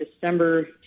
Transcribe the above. December